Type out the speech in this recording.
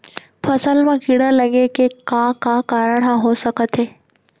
फसल म कीड़ा लगे के का का कारण ह हो सकथे?